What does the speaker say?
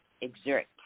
exert